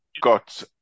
got